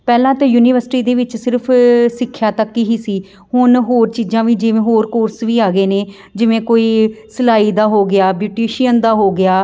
ਪਹਿਲਾਂ ਤਾਂ ਯੂਨੀਵਰਸਿਟੀ ਦੇ ਵਿੱਚ ਸਿਰਫ਼ ਸਿੱਖਿਆ ਤੱਕ ਹੀ ਸੀ ਹੁਣ ਹੋਰ ਚੀਜ਼ਾਂ ਵੀ ਜਿਵੇਂ ਹੋਰ ਕੋਰਸ ਵੀ ਆ ਗਏ ਨੇ ਜਿਵੇਂ ਕੋਈ ਸਿਲਾਈ ਦਾ ਹੋ ਗਿਆ ਬੂਟੀਸ਼ੀਅਨ ਦਾ ਹੋ ਗਿਆ